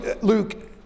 Luke